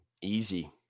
Easy